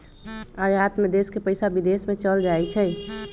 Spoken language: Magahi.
आयात में देश के पइसा विदेश में चल जाइ छइ